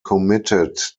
committed